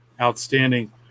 outstanding